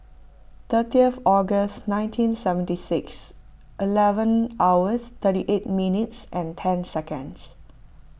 thirtieth August nineteen seventy six eleven hours thirty eight minutes and ten seconds